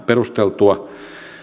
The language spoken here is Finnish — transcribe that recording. perusteltua